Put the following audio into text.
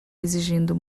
exigindo